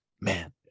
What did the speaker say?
man